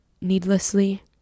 needlessly